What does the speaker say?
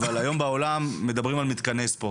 אבל היום בעולם מדברים על מתקני ספורט.